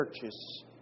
churches